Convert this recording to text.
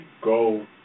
go